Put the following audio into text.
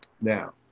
Now